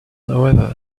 however